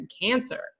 cancer